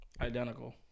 identical